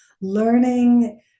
learning